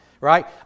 right